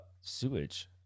sewage